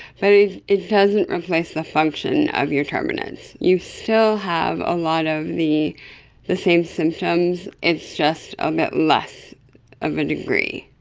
but it doesn't replace the function of your turbinates. you still have a lot of the the same symptoms, it's just a bit less of a degree.